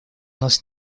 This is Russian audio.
нас